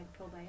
probiotics